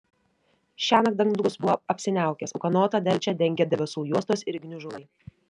šiąnakt dangus buvo apsiniaukęs ūkanotą delčią dengė debesų juostos ir gniužulai